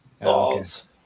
balls